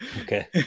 Okay